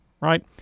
right